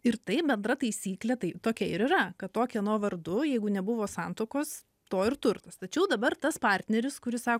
ir tai bendra taisyklė tai tokia ir yra kad to kieno vardu jeigu nebuvo santuokos to ir turtas tačiau dabar tas partneris kuris sa